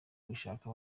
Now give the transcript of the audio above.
gushaka